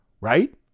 right